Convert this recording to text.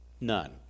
None